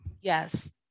Yes